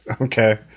Okay